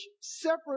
separate